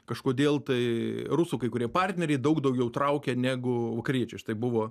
kažkodėl tai rusų kai kurie partneriai daug daugiau traukia negu vakariečiai štai buvo